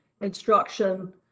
Instruction